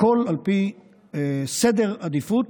הכול על פי סדר עדיפות,